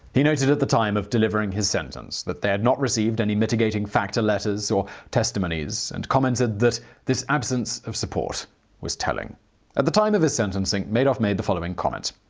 he noted at the time of delivering his sentence that they had not received any mitigating factor letters or testimonies and commented that this absence of support ws telling at the time of his sentencing, madoff made the following comment.